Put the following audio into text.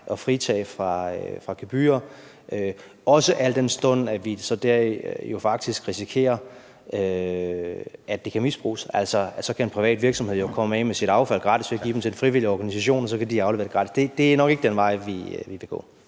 at fritage for gebyrer, også al den stund, at vi dermed faktisk risikerer, at det kan misbruges, for så kan en privat virksomhed jo komme af med sit affald gratis ved at give det til de frivillige organisationer, og så kan de aflevere det gratis. Det er nok ikke den vej, vi vil gå.